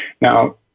Now